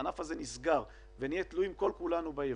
הענף הזה נסגר ונהיה תלויים כל כולנו בייבוא,